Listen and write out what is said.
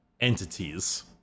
entities